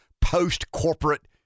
post-corporate